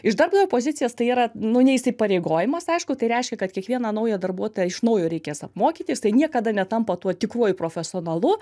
iš darbdavio pozicijos tai yra nu ne įsipareigojimas aišku tai reiškia kad kiekvieną naują darbuotoją iš naujo reikės apmokyt jisai niekada netampa tuo tikruoju profesionalu